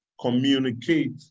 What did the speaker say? communicate